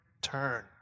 turn